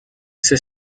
ces